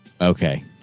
Okay